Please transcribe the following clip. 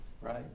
right